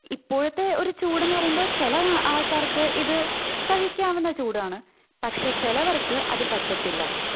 ഇപ്പോഴത്തെ ഒരു ചൂടെന്ന് പറയുമ്പോൾ ചില ആൾക്കാർക്ക് ഇത് സഹിക്കാവുന്ന ചൂടാണ് പക്ഷേ ചിലവർക്ക് അത് പറ്റത്തില്ല